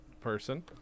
person